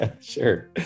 Sure